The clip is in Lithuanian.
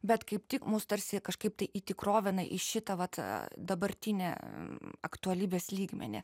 bet kaip tik mus tarsi kažkaip tai įtikrovina į šitą vat dabartinį aktualybės lygmenį